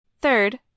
Third